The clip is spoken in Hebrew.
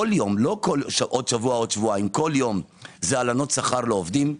כל יום לא עוד שבוע או עוד שבועיים - זה הלנות שכר לעובדים,